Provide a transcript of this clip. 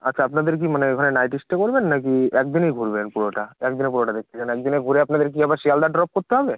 আচ্ছা আপনাদের কি মানে ওখানে নাইট স্টে করবেন না কি একদিনই ঘুরবেন পুরোটা একদিনে পুরোটা দেখতে চান একদিনে ঘুরে আপনাদের কি আবার শিয়ালদহ ড্রপ করতে হবে